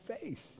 face